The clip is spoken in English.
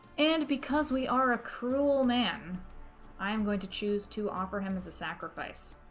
and because we are a cruel man i am going to choose to offer him as a sacrifice